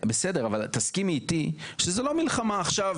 תסכימי איתי שזו לא מלחמה עכשיו,